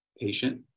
patient